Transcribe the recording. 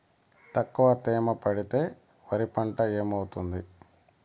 తక్కువ తేమ పెడితే వరి పంట ఏమవుతుంది